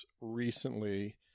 recently